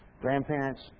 Grandparents